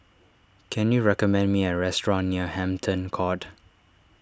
can you recommend me a restaurant near Hampton Court